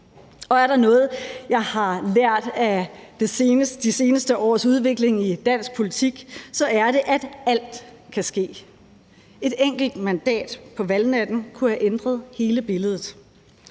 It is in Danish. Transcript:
Og er der noget, jeg har lært af de seneste års udvikling i dansk politik, er det, at alt kan ske. Et enkelt mandat på valgnatten kunne have ændret hele billedet.